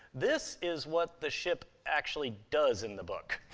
this is what the ship actually does in the book.